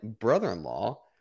brother-in-law